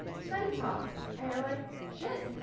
so then you talk and you're like shit,